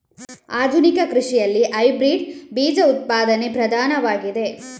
ಆಧುನಿಕ ಕೃಷಿಯಲ್ಲಿ ಹೈಬ್ರಿಡ್ ಬೀಜ ಉತ್ಪಾದನೆ ಪ್ರಧಾನವಾಗಿದೆ